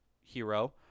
hero